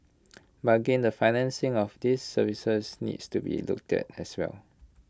but again the financing of these services needs to be looked at as well